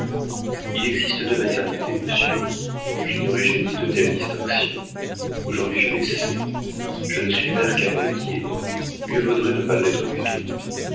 il existe deux maternités monsieur j'ignorais jadis de telles distinctions aujourd'hui je le sais je ne suis mère qu'à moitié mieux vaudrait ne pas l'être du tout